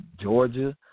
Georgia